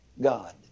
God